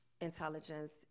intelligence